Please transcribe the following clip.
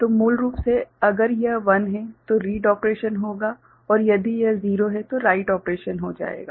तो मूल रूप से अगर यह 1 है तो रीड ऑपरेशन होगा और यदि यह 0 है तो राइट ऑपरेशन हो जाएगा